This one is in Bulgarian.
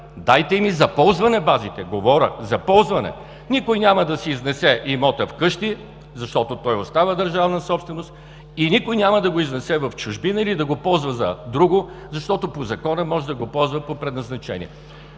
дайте им и за ползване базите!“. Говоря – за ползване. Никой няма да си изнесе имота в къщи, защото той остава държавна собственост, и никой няма да го изнесе в чужбина или да го ползва за друго, защото по Закона може да го ползва по предназначение.